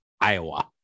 Iowa